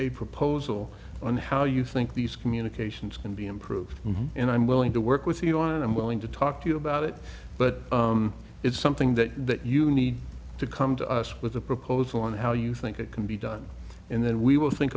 a proposal on how you think these communications can be improved and i'm willing to work with you i'm willing to talk to you about it but it's something that you need to come to us with a proposal on how you think it can be done and then we will think